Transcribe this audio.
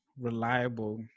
reliable